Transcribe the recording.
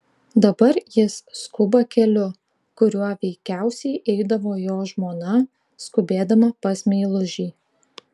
dabar jis skuba keliu kuriuo veikiausiai eidavo jo žmona skubėdama pas meilužį